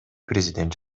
президент